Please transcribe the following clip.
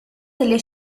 delle